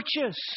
purchase